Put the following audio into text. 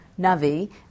Navi